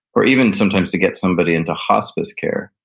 or even sometimes to get somebody into hospice care.